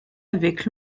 avec